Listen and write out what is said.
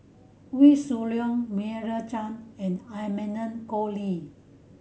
Wee Shoo Leong Meira Chang and Amanda Koe Lee